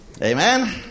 Amen